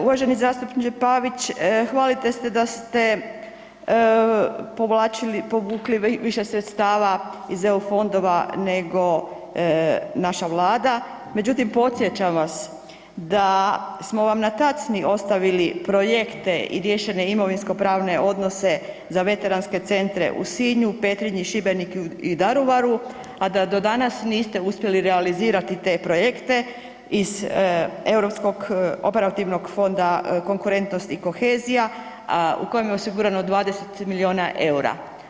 Uvaženi zastupniče Pavić, hvalite se da ste povlačili, povukli više sredstava iz EU fondova nego naša Vlada, međutim, podsjećam vas da smo vam na tacni ostavili projekte i riješene imovinsko-pravne odnose za veteranske centre u Sinju, Petrinji, Šibeniku i Daruvaru, a da do danas niste uspjeli realizirati te projekte iz europskog Operativnog fonda Konkurentnost i kohezija u kojem je osigurano 20 milijuna eura.